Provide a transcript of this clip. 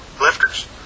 lifters